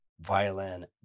violin